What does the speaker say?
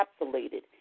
encapsulated